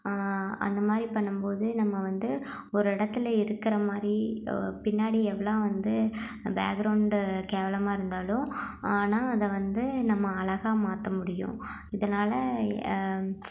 அந்த மாதிரி பண்ணும் போது நம்ம வந்து ஒரு இடத்துல இருக்கிற மாதிரி பின்னாடி எவ்வளோ வந்து பேக்ரௌண்டு கேவலமாக இருந்தாலும் ஆனால் அதை வந்து நம்ம அழகாக மாற்ற முடியும் இதனால்